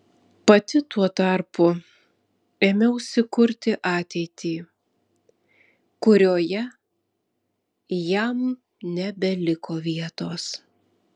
pati tuo tarpu ėmiausi kurti ateitį kurioje jam nebeliko vietos